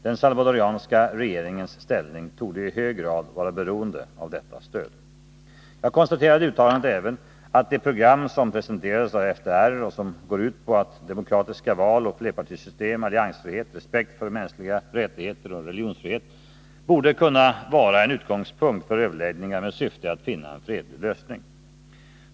Den salvadoranska regeringens ställning torde i hög grad vara beroende av detta stöd. Jag konstaterade i uttalandet även att det program som presenterades av FDR och som går ut på demokratiska val och flerpartisystem, alliansfrihet, respekt för mänskliga rättigheter och religionsfrihet borde kunna vara en utgångspunkt för överläggningar med syfte att finna en fredlig lösning.